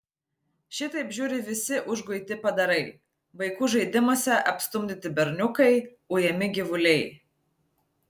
šitaip žiūri visi užguiti padarai vaikų žaidimuose apstumdyti berniukai ujami gyvuliai